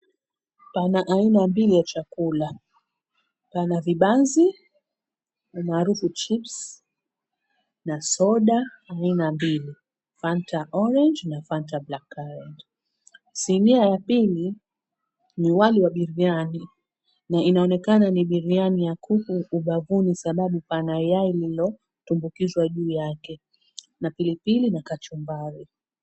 Pana aina mbili ya chakula, pana vibanzi, almaarafu chips na soda aina mbili Fanta Orange na Fanta Black Currant . Sinia ya pili ni wali wa biriani, inaonekana ni biriani ya kuku, ubavuni saladi , pana yai iliyotumbukizwa juu yake, na pilipili na kachumbari.